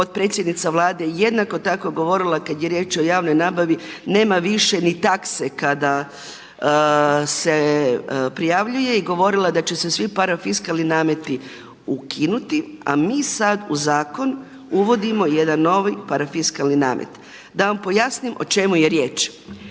potpredsjednica Vlade jednako tako govorila kada je riječ o javnoj nabavi nema više ni takse kada se prijavljuje i govorila da će se svi parafiskalni nameti ukinuti a mi sada u zakon uvodimo jedan novi parafiskalni namet. Da vam pojasnim o čemu je riječ.